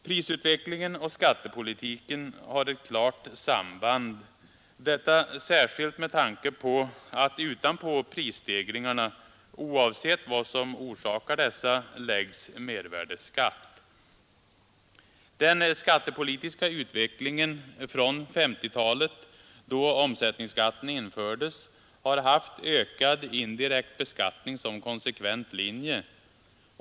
Prisutvecklingen och skattepolitiken har ett klart samband, detta särskilt med tanke på att utanpå prisstegringar, oavsett vad som orsakat dessa, lägges mervärdeskatt. Den skattepolitiska utvecklingen från 1950-talet, då omsättningsskatten infördes, har haft ökad indirekt beskattning som konsekvent linje.